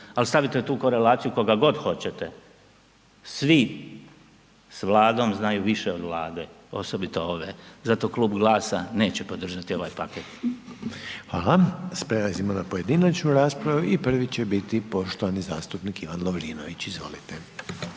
ali stavite u tu korelaciju koga god hoćete. Svi s Vladom znaju više od Vlade, osobito ov, zato Klub GLAS-a neće podržati ovaj paket. **Reiner, Željko (HDZ)** Hvala. Prelazimo na pojedinačnu raspravu i prvi će biti poštovani zastupnik Ivan Lovrinović. Izvolite.